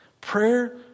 Prayer